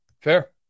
Fair